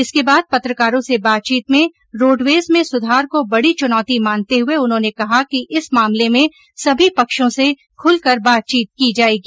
इसके बाद पत्रकारों से बातचीत में रोडवेज में सुधार को बड़ी चुनौती मानते हुए उन्होंने कहा कि इस मामले में सभी पक्षों से खुलकर बातचीत की जाएगी